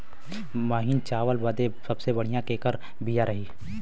महीन चावल बदे सबसे बढ़िया केकर बिया रही?